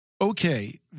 okay